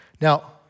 Now